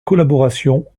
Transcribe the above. collaborations